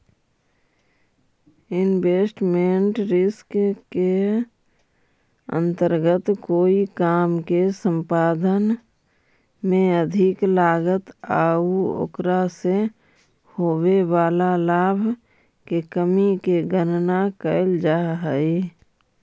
investment risk के अंतर्गत कोई काम के संपादन में अधिक लागत आउ ओकरा से होवे वाला लाभ के कमी के गणना कैल जा हई